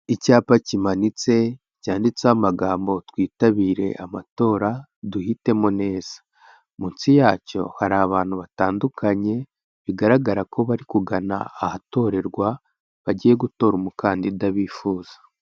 Icyapa kimanitse, cyanditseho amagambo twitabire amatora, duhitemo neza, munsi yacyo hari abantu batandukanye, bigaragara ko bari kugana ahatorerwa, bagiye gutora umukandida bifuza.